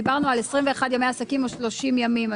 דיברנו על 21 ימי עסקים או 30 ימים.